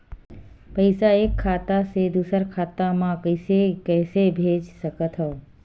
पईसा एक खाता से दुसर खाता मा कइसे कैसे भेज सकथव?